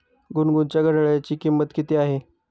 गुनगुनच्या घड्याळाची किंमत किती आहे?